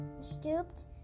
stooped